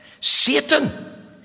Satan